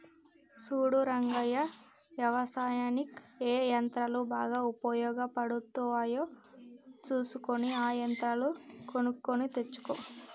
సూడు రంగయ్య యవసాయనిక్ ఏ యంత్రాలు బాగా ఉపయోగపడుతాయో సూసుకొని ఆ యంత్రాలు కొనుక్కొని తెచ్చుకో